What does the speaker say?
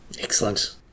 excellent